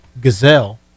gazelle